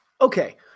Okay